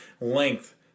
length